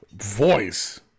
voice